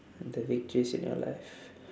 the victories in your life